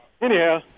anyhow